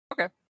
Okay